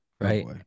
Right